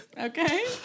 Okay